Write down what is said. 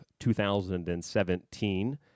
2017